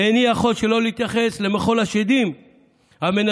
ואיני יכול שלא להתייחס למחול השדים שמנסים